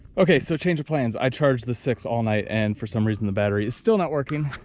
okay so change of plans, i charged the six all night and for some reason the battery is still not working.